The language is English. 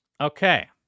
Okay